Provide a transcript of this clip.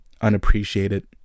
unappreciated